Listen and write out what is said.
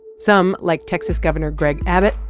some, like texas governor greg abbott,